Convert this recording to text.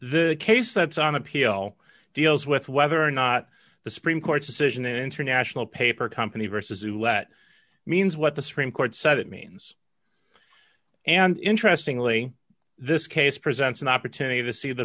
this case that's on appeal deals with whether or not the supreme court's decision international paper company versus who let means what the supreme court said it means and interestingly this case presents an opportunity to see the